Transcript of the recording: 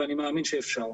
ואני מאמין שאפשר.